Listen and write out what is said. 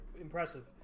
Impressive